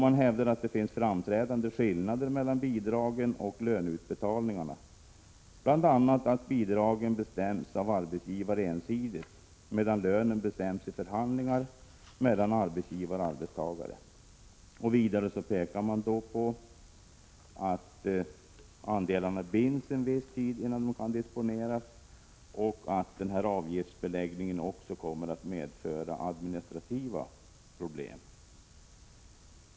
Man hävdar att det finns framträdande skillnader mellan bidragen och löneutbetalningarna, bl.a. att bidragen bestäms av arbetsgivaren ensidigt, medan lönen bestäms i förhandlingar mellan arbetsgivare och arbetstagare. Vidare pekar reservanterna på att andelarna binds en viss tid innan de kan disponeras och att avgiftsbeläggningen kommer att medföra administrativa problem.